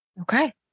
Okay